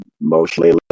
mostly